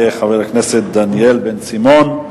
יהיה חבר הכנסת דניאל בן-סימון,